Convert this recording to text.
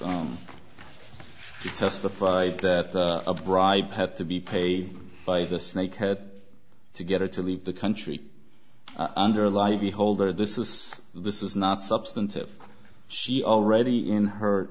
testified that a bribe had to be paid by the snakehead to get her to leave the country under light beholder this is this is not substantive she already in her